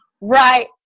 right